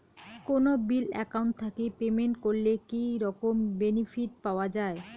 কোনো bill account থাকি payment করলে কি রকম বেনিফিট পাওয়া য়ায়?